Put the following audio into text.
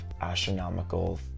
astronomical